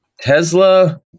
Tesla